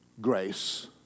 grace